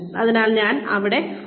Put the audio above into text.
അതിനാൽ ഞാൻ ഇത് ഇവിടെ ഉപയോഗിക്കും